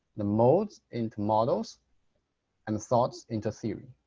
the modes into models and thoughts into theory.